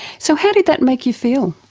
so how did that make you feel?